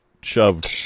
shoved